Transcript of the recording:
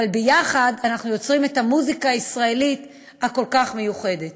אבל ביחד אנחנו יוצרים את המוזיקה הישראלית הכל-כך מיוחדת.